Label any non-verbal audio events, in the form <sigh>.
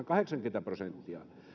<unintelligible> kahdeksankymmentä prosenttia